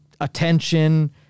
attention